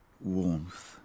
Warmth